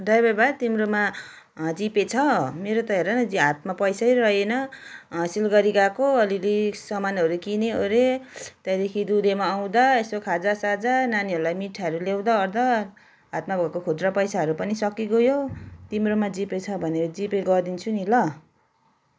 driver भाइ तिम्रोमा GPay छ मेरो त हेर न हातमा त पैसै रहेन सिलगढी गएको अलिअलि सामानहरू किने वरेँ त्यहाँदेखि दुधेमा आउँदा यसो खाजा साजा नानीहरूलाई मिठाईहरू ल्याउँदै वर्दा हातमा भएको खुजुरा पैसाहरू पनि सकिगयो तिम्रोमा जिपे छ भने जिपे गरिदिन्छु नि ल